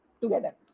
together